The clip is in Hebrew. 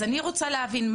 אז אני רוצה להבין,